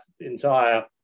entire